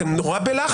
אתם נורא בלחץ.